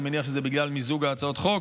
אני מניח שזה בגלל מיזוג הצעות החוק,